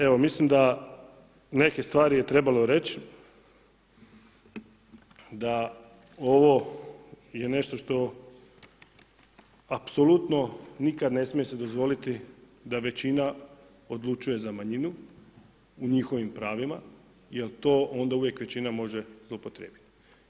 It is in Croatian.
Evo mislim da neke stvari je trebalo reći, da ovo je nešto što apsolutno nikad se ne smije dozvoliti da većina odlučuje za manjinu u njihovim pravima jer to onda uvijek većina može zloupotrijebiti.